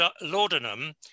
laudanum